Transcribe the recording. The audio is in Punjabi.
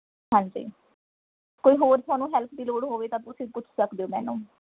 ਹਾਂਜੀ ਕੋਈ ਹੋਰ ਤੁਹਾਨੂੰ ਹੈਲਪ ਦੀ ਲੋੜ ਹੋਵੇ ਤਾਂ ਤੁਸੀਂ ਪੁੱਛ ਸਕਦੇ ਹੋ ਮੈਨੂੰ